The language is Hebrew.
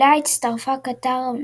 אליה הצטרפה קטר,